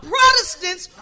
Protestants